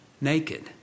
naked